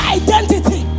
identity